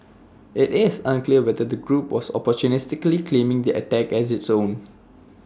IT is unclear whether the group was opportunistically claiming the attack as its own